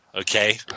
okay